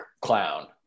clown